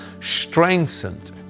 strengthened